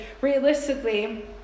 realistically